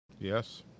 Yes